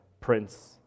Prince